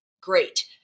great